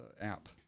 app